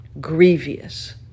grievous